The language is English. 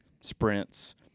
sprints